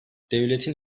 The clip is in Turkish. devletin